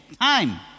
time